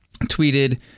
tweeted